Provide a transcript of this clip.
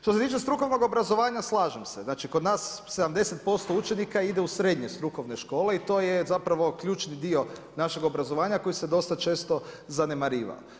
Što se tiče strukovnog obrazovanja, slažem se, znači, kod nas 70% učenika ide u srednje strukovne škole i to je zapravo ključni dio našeg obrazovanja, koji se dosta često zanemarivao.